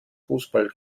fußball